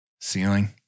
Ceiling